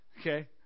Okay